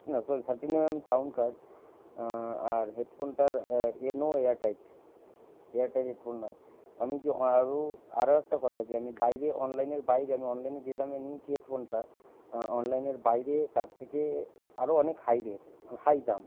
না sorry thirteen mm sound card আর হেডফোনটার N O airtight airtight headphone নয় আমি যে আরও আরও একটা কথা যে আমি বাইরে অনলাইনের বাইরে আমি অনলাইনে যে দামে নিয়েছি হেডফোনটা অনলাইনের বাইরে তার থেকে আরও অনেক হাই রেট হাই দাম